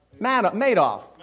Madoff